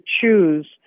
choose